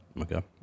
Okay